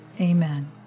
Amen